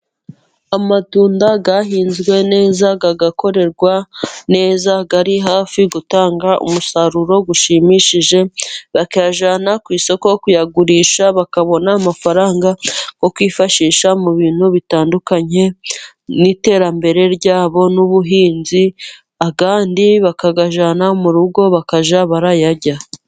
Amatunda yahinzwe neza agakorerwa neza, ari hafi gutanga umusaruro ushimishije, bakayajyana ku isoko kuyagurisha, bakabona amafaranga yo kwifashisha mu bintu bitandukanye mu iterambere ryabo n'ubuhinzi, ayandi bakayajyana mu rugo, bakajya bayarya.